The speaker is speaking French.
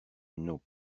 nos